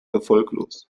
erfolglos